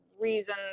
reason